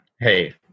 Hey